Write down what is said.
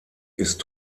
ist